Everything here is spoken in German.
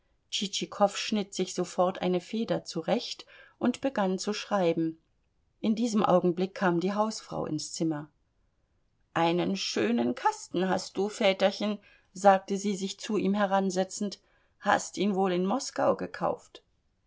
tschitschikow schnitt sich sofort eine feder zurecht und begann zu schreiben in diesem augenblick kam die hausfrau ins zimmer einen schönen kasten hast du väterchen sagte sie sich zu ihm heransetzend hast ihn wohl in moskau gekauft